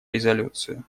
резолюцию